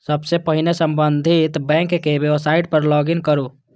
सबसं पहिने संबंधित बैंकक वेबसाइट पर लॉग इन करू